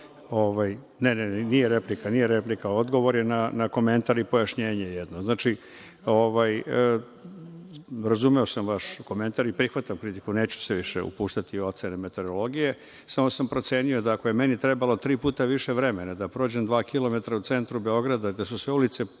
Vujović** Hvala lepo. Ne, nije replika. Odgovor je na komentar i pojašnjenje jedno. Znači, razumeo sam vaš komentar i prihvatam kritiku. Neću se više upuštati u ocene meteorologije. Samo sam procenio da ako je meni trebalo tri puta više vremena da prođem dva kilometra u centru Beograda, gde su sve cevi